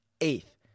eighth